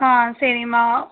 ஆ சரிம்மா